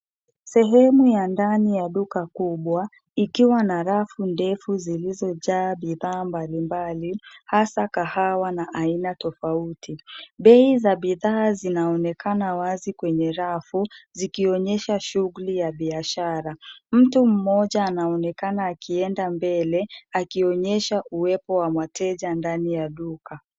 Sehemu ya ndani ya duka kubwa ikiwa na rafu ndefu zilizojaa bidhaa mbalimbali hasa kahawa na aina tofauti. Bei za bidhaa zinaonekana wazi kwenye rafu zikionyesha shughuli ya biashara. Mtu mmoja anaonekana akienda mbele akionyesha uwepo wa wateja ndani ya duka.